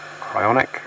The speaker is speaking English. Cryonic